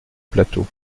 plateau